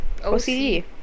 OCD